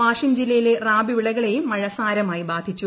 വാഷിം ജില്ലയിലെ റാബി വിളകളേയും മഴ സാരമായി ബാധിച്ചു